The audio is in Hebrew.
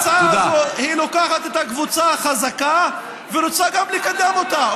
ההצעה הזאת לוקחת את הקבוצה החזקה ורוצה לקדם גם אותה.